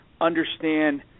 understand